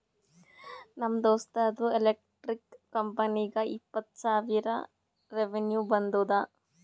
ನಮ್ ದೋಸ್ತ್ದು ಎಲೆಕ್ಟ್ರಿಕ್ ಕಂಪನಿಗ ಇಪ್ಪತ್ತ್ ಸಾವಿರ ರೆವೆನ್ಯೂ ಬಂದುದ